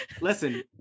Listen